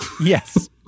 Yes